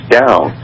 down